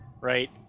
right